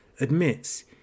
admits